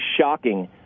shocking